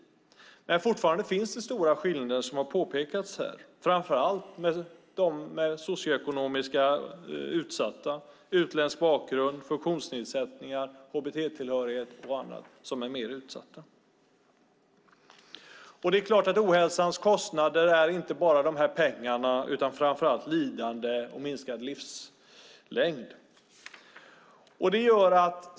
Men det finns fortfarande stora skillnader, som har påpekats här. Det gäller framför allt de socioekonomiskt utsatta, till exempel personer med utländsk bakgrund, funktionsnedsättningar, hbt-tillhörighet och annat. Dessa personer är mer utsatta. Ohälsans kostnader kan inte bara räknas i pengar utan framför allt i lidande och minskad livslängd.